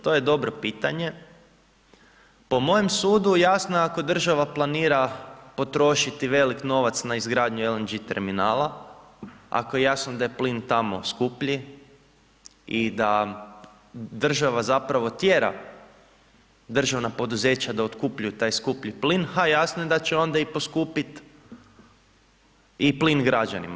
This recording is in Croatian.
To je dobro pitanje, po mojem sudu jasno je ako država planira potrošiti veliki novac na izgradnju LNG terminala, ako je jasno da je plin tamo skuplji i da država zapravo tjera državna poduzeća da otkupljuju taj skuplji plin, ha jasno je da će onda i poskupiti i plin građanima.